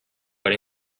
but